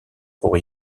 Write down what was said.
pour